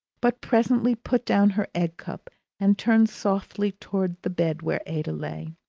but presently put down her egg-cup and turned softly towards the bed where ada lay.